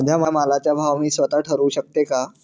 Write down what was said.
माझ्या मालाचा भाव मी स्वत: ठरवू शकते का?